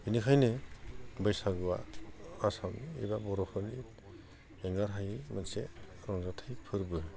बिनिखायनो बैसागुआ आसामाव एबा बर'फोरनि एंगारहायि मोनसे रंजाथाय फोरबो